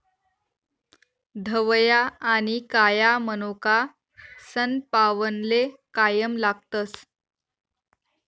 धवया आनी काया मनोका सनपावनले कायम लागतस